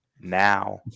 now